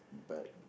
but